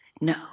no